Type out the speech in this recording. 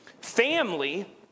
Family